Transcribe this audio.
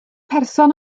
person